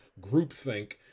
groupthink